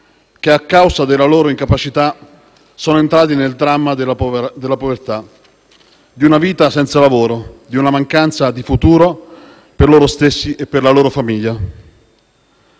che, a causa della loro incapacità, sono entrati nel dramma della povertà, di una vita senza lavoro, di una mancanza di futuro per loro stessi e per la loro famiglia.